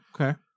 okay